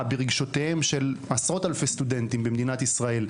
ברגשותיהם של עשרות אלפי סטודנטים במדינת ישראל,